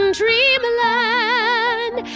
dreamland